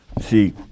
See